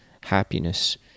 happiness